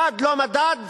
מדד, לא מדד,